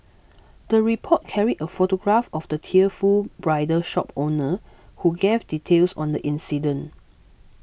the report carried a photograph of the tearful bridal shop owner who gave details on the incident